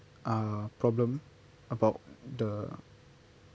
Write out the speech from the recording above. uh problem about the